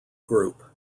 group